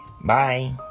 bye